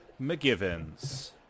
McGivens